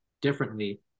differently